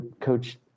coach